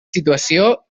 situació